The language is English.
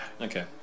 Okay